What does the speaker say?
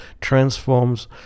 transforms